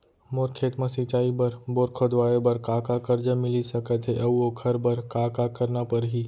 मोर खेत म सिंचाई बर बोर खोदवाये बर का का करजा मिलिस सकत हे अऊ ओखर बर का का करना परही?